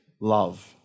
love